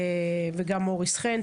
וגם מוריס חן.